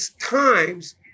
times